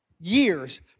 years